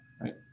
right